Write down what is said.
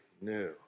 new